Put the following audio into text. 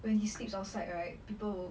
when he sleeps outside right people will